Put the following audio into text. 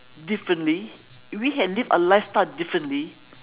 differently if we had lived a lifestyle differently